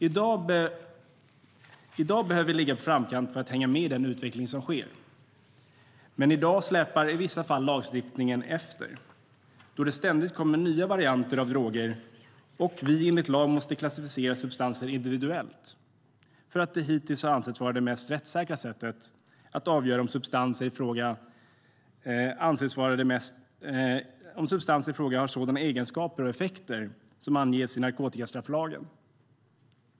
I dag behöver vi ligga i framkant för att hänga med i den utveckling som sker. Men lagstiftningen släpar i vissa fall efter. Det kommer ständigt nya varianter av droger, och vi måste enligt lag klassificera substanser individuellt eftersom det hittills har ansetts vara det mest rättssäkra sättet att avgöra om substansen i fråga har sådana egenskaper och effekter som anges i narkotikastrafflagen.